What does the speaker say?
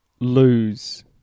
lose